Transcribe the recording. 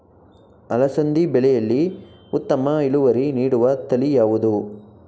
ಅಲಸಂದಿ ಬೆಳೆಯಲ್ಲಿ ಉತ್ತಮ ಇಳುವರಿ ನೀಡುವ ತಳಿ ಯಾವುದು?